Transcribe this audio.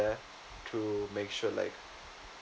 to make sure like